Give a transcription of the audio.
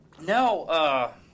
No